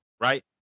right